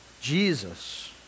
Jesus